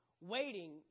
waiting